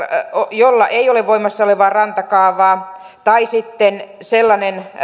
jolla ei ole voimassa olevaa rantakaavaa tai sitten sellainen